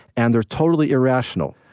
and they're totally irrational.